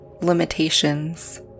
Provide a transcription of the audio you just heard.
limitations